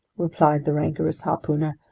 replied the rancorous harpooner.